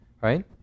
Right